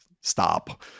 stop